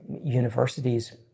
universities